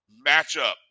matchup